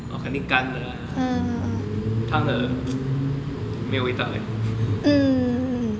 orh 肯定干的啦汤的 没有味道 leh